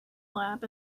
lab